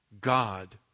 God